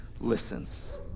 listens